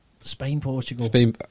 Spain-Portugal